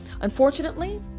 Unfortunately